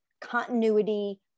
continuity